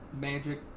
magic